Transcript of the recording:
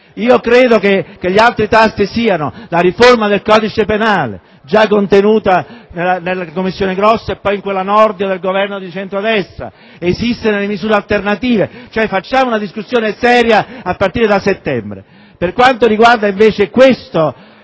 Credo che gli altri tasti siano la riforma del codice penale, già oggetto della commissione Grosso e poi della commissione Nordio nel Governo di centro-destra, esistono le misure alternative. Operiamo una discussione seria a partire da settembre. Per quanto riguarda invece l'ordine